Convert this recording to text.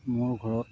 মোৰ ঘৰত